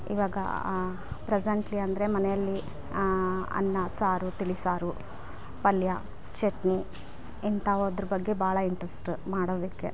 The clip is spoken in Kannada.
ಇವಾಗ ಪ್ರಸೆಂಟ್ಲಿ ಅಂದರೆ ಮನೆಯಲ್ಲಿ ಅನ್ನ ಸಾರು ತಿಳಿಸಾರು ಪಲ್ಯ ಚಟ್ನಿ ಇಂಥವ್ದ್ರ ಬಗ್ಗೆ ಭಾಳ ಇಂಟ್ರಸ್ಟ್ ಮಾಡೋದಕ್ಕೆ